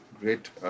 great